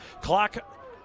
clock